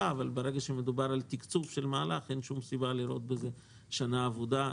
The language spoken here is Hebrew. אבל ברגע שמדובר על תקצוב של מהלך אין שום סיבה לראות בזה שנה אבודה,